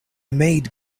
made